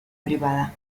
privada